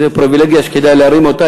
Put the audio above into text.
זו פריבילגיה שכדאי להרים אותה,